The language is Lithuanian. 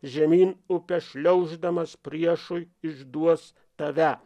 žemyn upė šliauždamas priešui išduos tave